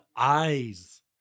Eyes